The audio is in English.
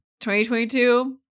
2022